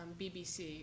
BBC